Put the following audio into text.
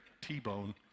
T-bone